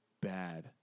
bad